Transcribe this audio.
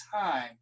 time